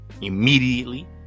Immediately